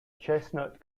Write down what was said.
chestnut